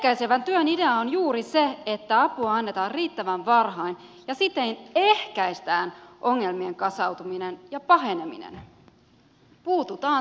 ehkäisevän työn idea on juuri se että apua annetaan riittävän varhain ja siten ehkäistään ongelmien kasautuminen ja paheneminen puututaan siis ennalta